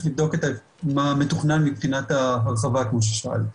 לבדוק מה מתוכנן מבחינת ההרחבה כמו ששאלת.